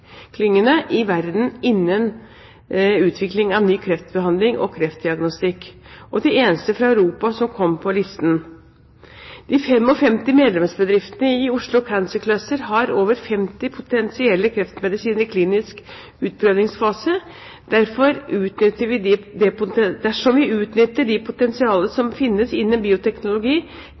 i verden innen utvikling av ny kreftbehandling og kreftdiagnostikk. De var de eneste fra Europa som kom på listen. De 55 medlemsbedriftene i Oslo Cancer Cluster har over 50 potensielle kreftmedisiner i klinisk utprøvingsfase. Dersom vi utnytter det potensialet som finnes innenfor bioteknologi,